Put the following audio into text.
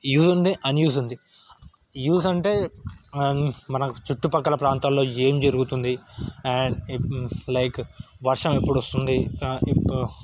use ఉంది and use ఉంది use అంటే మనకు చుట్టుపక్కల ప్రాంతాల్లో ఏం జరుగుతుంది అండ్ లైక్ వర్షం ఎప్పుడొస్తుంది